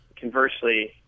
Conversely